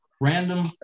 random